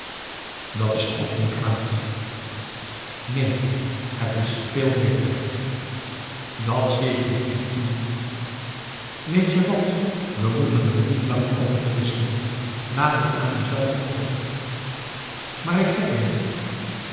dat is ook niet kwaad neen het is veel beter dat zie ik nog niet in weet je wat we moeten er niet langer over twisten laat het aan hem zelf over maar ik heb hem